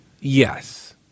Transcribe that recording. Yes